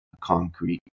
concrete